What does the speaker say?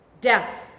death